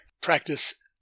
practice